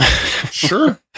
Sure